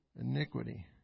Iniquity